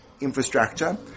infrastructure